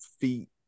feet